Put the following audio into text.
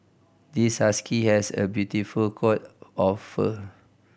this husky has a beautiful coat of fur